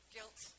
Guilt